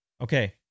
Okay